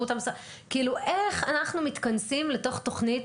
כאילו, איך אנחנו מתכנסים לתוך תוכנית